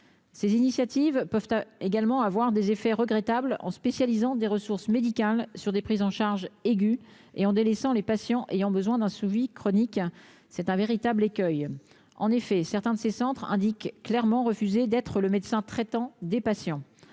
ces initiatives peuvent également avoir des effets regrettables en spécialisant des ressources médicales sur des prises en charge aiguë et en délaissant les patients ayant besoin d'un suivi chronique, c'est un véritable écueil, en effet, certains de ces centres, indique clairement refusé d'être le médecin traitant des patients,